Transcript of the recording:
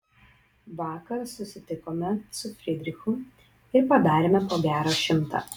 vakar susitikome su fridrichu ir padarėme po gerą šimtą